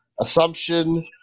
Assumption